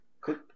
click